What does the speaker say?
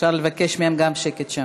אפשר לבקש גם מהם שקט שם?